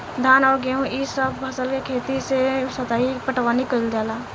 धान अउर गेंहू ए सभ फसल के खेती मे सतही पटवनी कइल जाला